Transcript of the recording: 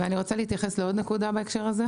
אני רוצה להתייחס לעוד נקודה בהקשר הזה.